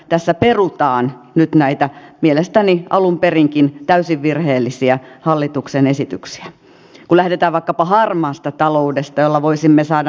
tässä perutaan nyt näitä mielestäni alun perinkin täysin virheellisiä hallituksen esityksiä lähdetä vaikkapa harmaasta taloudesta ja voisimme saada